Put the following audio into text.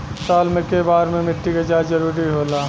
साल में केय बार मिट्टी के जाँच जरूरी होला?